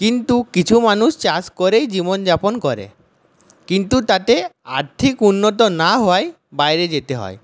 কিন্তু কিছু মানুষ চাষ করেই জীবনযাপন করে কিন্তু তাতে আর্থিক উন্নতি না হওয়ায় বাইরে যেতে হয়